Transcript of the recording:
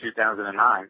2009